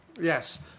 Yes